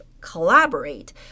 collaborate